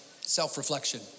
self-reflection